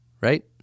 Right